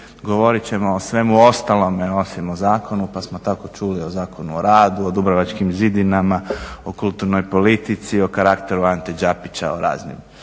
govorit ćemo o svemu ostalom, osim o zakonu pa smo tako čuli o Zakonu o radu, o Dubrovačkim zidinama, o kulturnoj politici, o karakteru Ante Đapića o raznim